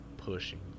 Pushing